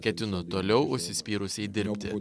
ketinu toliau užsispyrusiai dirbti